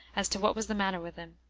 as to what was the matter with him.